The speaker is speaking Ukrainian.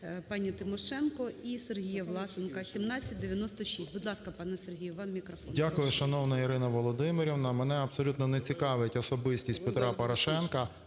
Дякую, шановна Ірина Володимирівна! Мене абсолютно не цікавить особистість Петра Порошенка.